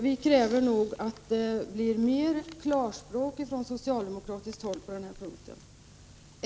Vi kräver mer klarspråk från socialdemokratiskt håll på den punkten.